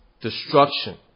destruction